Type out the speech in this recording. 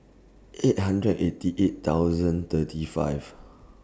eight hundred eighty eight thousand thirty five